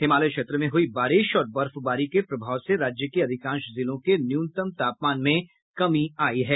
हिमालय क्षेत्र में हुई बारिश और बर्फबारी के प्रभाव से राज्य के अधिकांश जिलों के न्यूनतम तापमान में कमी आई है